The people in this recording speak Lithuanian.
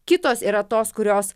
kitos yra tos kurios